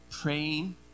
praying